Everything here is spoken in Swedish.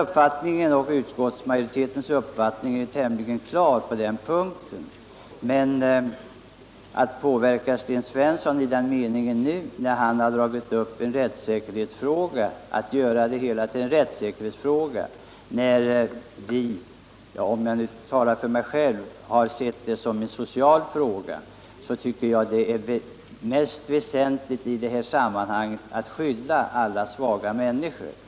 Min och utskottsmajoritetens uppfattning är tämligen klar på denna punkt, men att påverka Sten Svensson i den riktningen nu, när han har gjort det hela till en rättssäkerhetsfråga medan jag har sett det som en social fråga, är inte lätt. Jag tycker att det är mest väsentligt att i det här sammanhanget skydda alla svaga människor.